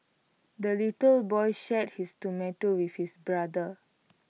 the little boy shared his tomato with his brother